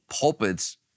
pulpits